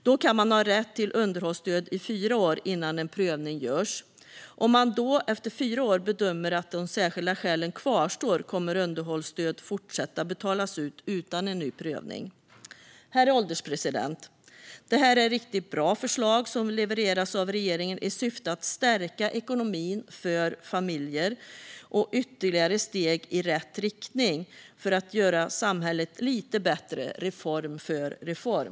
Då kan man ha rätt till underhållsstöd i fyra år innan en prövning görs. Om de särskilda skälen bedöms kvarstå efter fyra år kommer underhållsstöd att fortsätta betalas ut utan en ny prövning. Herr ålderspresident! Det här är riktigt bra förslag som regeringen levererar i syfte att stärka ekonomin för familjer, och det är ytterligare steg i rätt riktning för att göra samhället lite bättre, reform för reform.